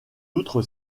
outre